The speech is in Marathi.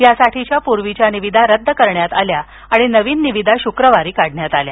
यासाठीच्या पूर्वीच्या निविदा रद्द करण्यात आल्या आणि नवीन निविदा शुक्रवारी काढण्यात आल्या